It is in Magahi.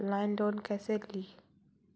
ऑनलाइन लोन कैसे ली?